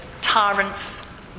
tyrants